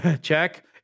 check